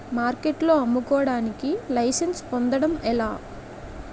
మార్కెట్లో అమ్ముకోడానికి లైసెన్స్ పొందడం ఎలా?